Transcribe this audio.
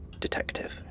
detective